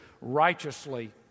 righteously